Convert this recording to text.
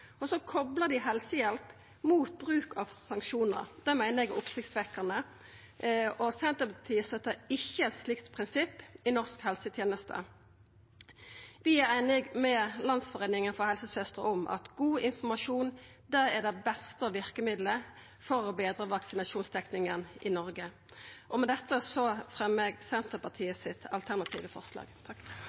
Og så koplar dei helsehjelp opp mot bruk av sanksjonar. Det meiner eg er oppsiktsvekkjande, og Senterpartiet støttar ikkje eit slikt prinsipp i norsk helseteneste. Vi er einige med Landsgruppen av helsesøstre i at god informasjon er det beste verkemiddelet for å betra vaksinasjonsdekninga i Noreg. Med dette fremjar eg Senterpartiet og SV sitt alternative forslag.